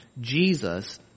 Jesus